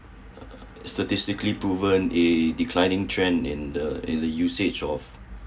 statistically proven a declining trend in the in the usage of